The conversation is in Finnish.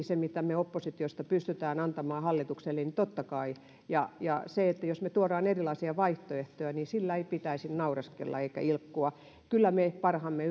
sen tuen mitä me oppositiosta pystymme antamaan hallitukselle totta kai annamme ja jos me tuomme erilaisia vaihtoehtoja niille ei pitäisi naureskella eikä ilkkua kyllä me parhaamme